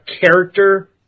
character